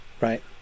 right